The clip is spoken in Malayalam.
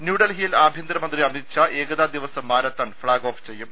ന്യൂഡൽഹിയിൽ ആഭ്യന്തരമന്ത്രി അമിത്ഷാ ഏകതാ ദിവസ് മാരത്തൺ ഫ്ളാഗ് ഓഫ് ചെയ്യും